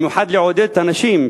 במיוחד לעודד את הנשים,